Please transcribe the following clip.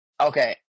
Okay